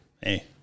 Hey